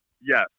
Yes